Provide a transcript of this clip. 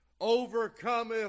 overcometh